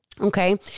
Okay